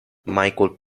michael